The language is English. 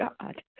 God